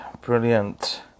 brilliant